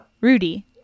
Rudy